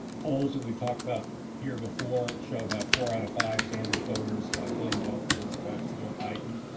polls that we've talked about here before show about four out of five sanders voters willing to vote for a joe biden.